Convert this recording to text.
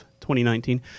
2019